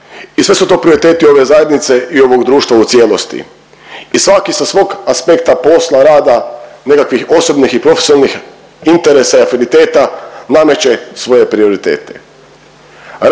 i sve su to prioriteti ove zajednice i ovog društva u cijelosti. I svaki sa svog aspekta posla, rada, nekakvih osobnih i profesionalnih interesa i afiniteta nameće svoje prioritete.